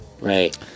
Right